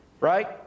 right